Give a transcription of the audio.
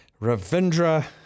Ravindra